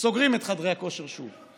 סוגרים את חדרי הכושר שוב.